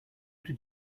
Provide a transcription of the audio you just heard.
did